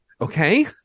okay